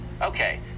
okay